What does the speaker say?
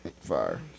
fire